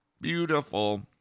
Beautiful